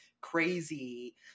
crazy